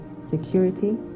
security